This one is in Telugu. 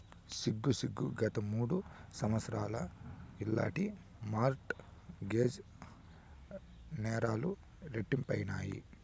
సిగ్గు సిగ్గు, గత మూడు సంవత్సరాల్ల ఇలాంటి మార్ట్ గేజ్ నేరాలు రెట్టింపైనాయి